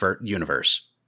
universe